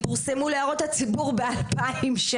פורסמו להערות הציבור ב-2016,